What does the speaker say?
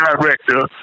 director